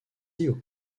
elle